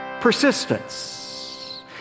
Persistence